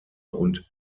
und